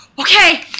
okay